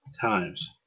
times